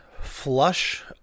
flush